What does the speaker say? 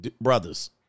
brothers